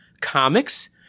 comics